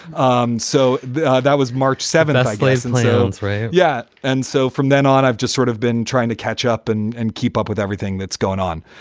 um so that was march seventh. i glazed and leones. yeah. and so from then on, i've just sort of been trying to catch up and and keep up with everything that's going on.